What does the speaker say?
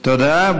תודה.